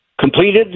completed